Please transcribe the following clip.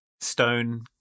Stone